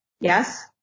Yes